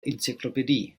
enzyklopädie